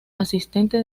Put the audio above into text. asistente